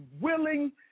willing